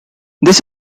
this